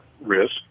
risk